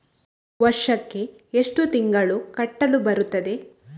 ವರ್ಷಕ್ಕೆ ಎಷ್ಟು ತಿಂಗಳು ಕಟ್ಟಲು ಬರುತ್ತದೆ?